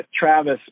Travis